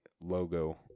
logo